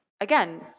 Again